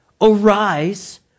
arise